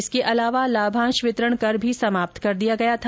इसके अलावा लाभांश वितरण कर भी समाप्त कर दिया गया था